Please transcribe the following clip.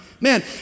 Man